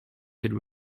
could